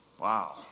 Wow